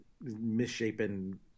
misshapen